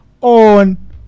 on